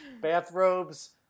bathrobes